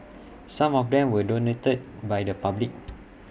some of them were donated by the public